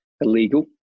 illegal